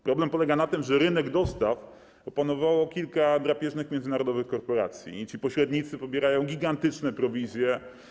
Problem polega na tym, że rynek dostaw opanowało kilka drapieżnych międzynarodowych korporacji i ci pośrednicy pobierają gigantyczne prowizje.